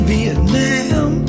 Vietnam